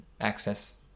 access